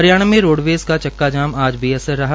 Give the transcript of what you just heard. हरियाणा में रोडवेज की चकका जाम बे असर रहा